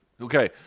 Okay